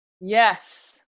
Yes